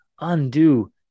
undo